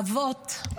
אבות,